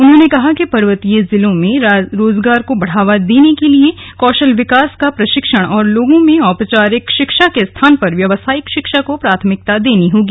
उन्होंने कहा कि पर्वतीय जिलों में रोजगार को बढ़ावा देने के लिए कौशल विकास का प्रशिक्षण और लोगों में औपचारिक शिक्षा के स्थान पर व्यावसायिक प्रशिक्षण को प्राथमिकता देनी होगी